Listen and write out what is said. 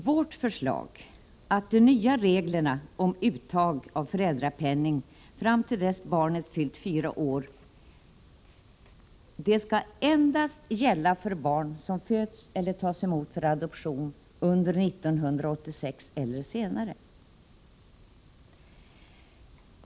Vårt förslag är att de nya reglerna om uttag av föräldrapenning fram till dess barnet fyllt fyra år endast skall gälla för barn som föds eller tas emot för adoption under 1986 eller senare.